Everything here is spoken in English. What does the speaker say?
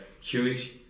huge